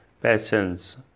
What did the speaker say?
passions